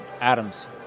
Adams